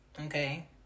okay